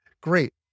Great